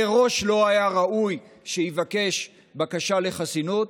מראש לא היה ראוי שיבקש בקשה לחסינות,